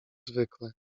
zwykle